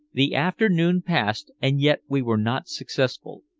the afternoon passed, and yet we were not successful.